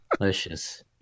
Delicious